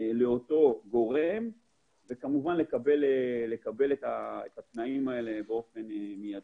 לאותו גורם וכמובן לקבל את התנאים האלה באופן מידי.